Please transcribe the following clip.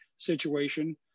situation